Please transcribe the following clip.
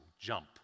Jump